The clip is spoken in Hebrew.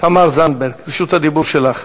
תמר זנדברג, רשות הדיבור שלך.